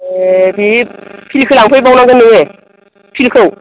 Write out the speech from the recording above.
ए B पिलखौ लांफै बावनांगौ नोङो पिलखौ